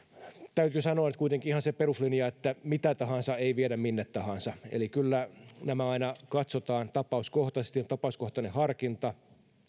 täytyy sanoa nyt kuitenkin ihan se peruslinja että mitä tahansa ei viedä minne tahansa eli kyllä nämä aina katsotaan tapauskohtaisesti tässä on tapauskohtainen harkinta